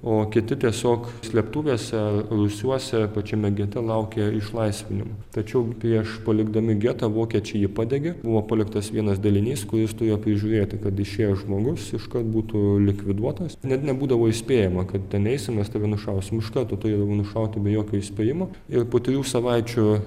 o kiti tiesiog slėptuvėse rūsiuose pačiame gete laukė išlaisvinimo tačiau prieš palikdami getą vokiečiai jį padegė buvo paliktas vienas dalinys kuris turėjo prižiūrėti kad išėjęs žmogus iškart būtų likviduotas net nebūdavo įspėjama kad ten eisim mes tave nušausim iš karto turėdavo nušauti be jokio įspėjimo ir po trijų savaičių